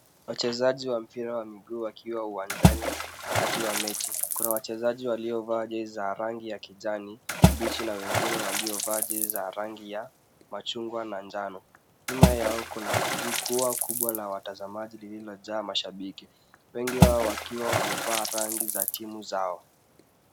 Wachezaji wa mpira wa miguu wakiwa uwanjani wakati wa mechi. Kuna wachezaji waliovaa jezi za rangi ya kijani kibichi na wengine waliovaa jezi za rangi ya machungwa na njano. Nyuma yao kuna jukwaa kubwa la watazamaji lililojaa mashabiki wengi wao wakiwa wamevaa rangi za timu zao.